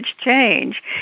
change